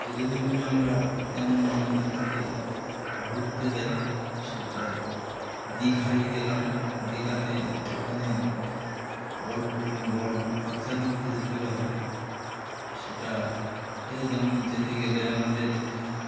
ট্রেনে করে আমরা যেমন এইখান থেকে ঘুরতে যাই সেটা দীঘায় গেলাম দীঘাতে ওখানে অল্প অল্প খরচার মধ্যে যেতে পারি সেটা যেমন যেতে গেলে আমাদের